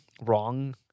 wrong